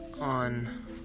on